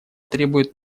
требует